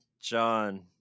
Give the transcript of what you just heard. John